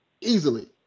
Easily